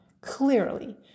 clearly